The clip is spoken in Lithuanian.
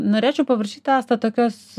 norėčiau paprašyt asta tokios